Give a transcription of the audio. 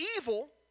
evil